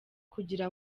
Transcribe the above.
kugira